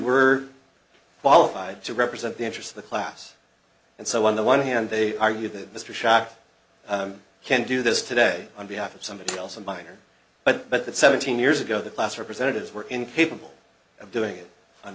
were qualified to represent the interest of the class and so on the one hand they argue that mr sha'ath can do this today on behalf of somebody else a minor but but that seventeen years ago the class representatives were incapable of doing it on